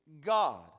God